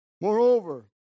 Moreover